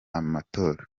amatora